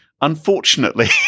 unfortunately